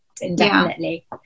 indefinitely